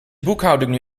boekhouding